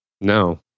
No